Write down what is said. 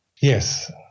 Yes